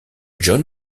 john